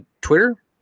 Twitter